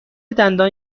دندان